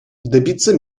добиться